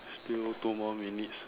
still two more minutes